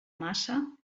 massa